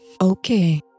Okay